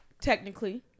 technically